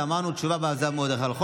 ואמרנו "תשובה והצבעה במועד אחר"?